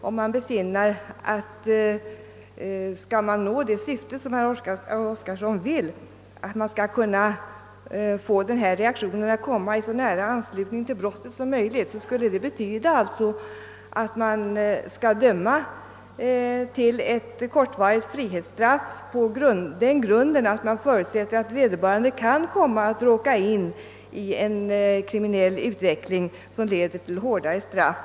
Man bör besinna att det, om man skall kunna nå det syfte som herr Oskarson har, nämligen att få reaktionen i så nära anslutning till brottet som möjligt, skulle innebära att man skall döma till ett kortvarigt frihetsstraff på den grunden att man förutsätter att vederbörande kan komma in i en kriminell utveckling som leder till hårdare straff.